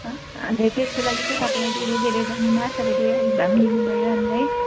अन्त त्यसको लागि चाहिँ तपाईँलाई धेरै धेरै धन्यवाद तपाईँले अलिक भए पनि दिनु भयो हामीलाई